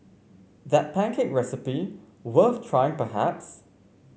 that pancake recipe worth trying perhaps